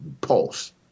pulse